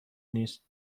نیست